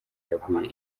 yaguye